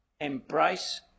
Embrace